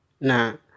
Now